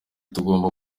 tugomba